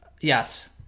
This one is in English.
yes